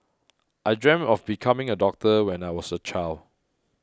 I dreamt of becoming a doctor when I was a child